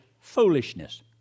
foolishness